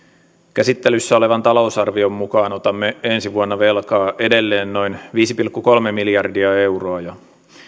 käsittelyssä olevan talousarvion mukaan otamme ensi vuonna velkaa edelleen noin viisi pilkku kolme miljardia euroa ja